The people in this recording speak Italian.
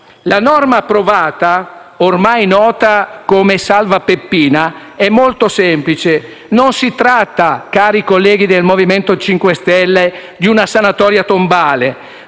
La norma approvata, ormai nota come salva Peppina, è molto semplice. Non si tratta, cari colleghi del Movimento 5 Stelle, di una sanatoria tombale,